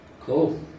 Cool